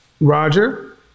Roger